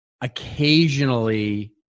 occasionally